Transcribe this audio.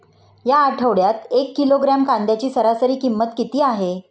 या आठवड्यात एक किलोग्रॅम कांद्याची सरासरी किंमत किती आहे?